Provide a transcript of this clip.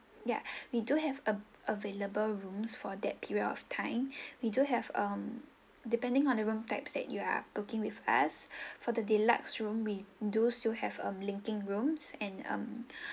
ya we do have a available rooms for that period of time we do have um depending on the room types that you are booking with us for the deluxe room we do still have um rooms and um